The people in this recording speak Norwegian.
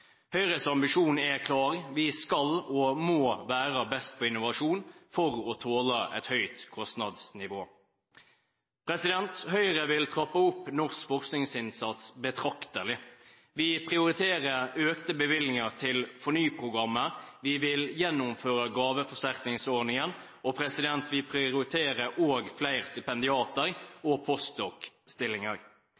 Høyres ambisjon er klar: Vi skal og må være best på innovasjon for å tåle et høyt kostnadsnivå. Høyre vil trappe opp norsk forskningsinnsats betraktelig. Vi prioriterer økte bevilgninger til FORNY-programmet. Vi vil gjeninnføre gaveforsterkningsordningen. Vi prioriterer også flere stipendiater